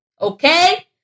Okay